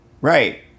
right